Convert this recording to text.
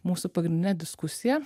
mūsų pagrindinė diskusija